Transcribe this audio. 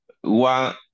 one